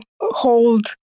hold